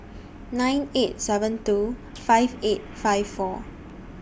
nine five seven two five eight five four